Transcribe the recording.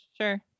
Sure